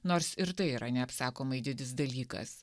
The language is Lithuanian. nors ir tai yra neapsakomai didis dalykas